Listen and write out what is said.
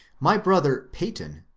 my brother peyton,